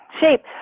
shape